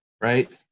right